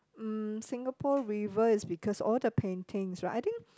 mm Singapore River is because all the paintings right I think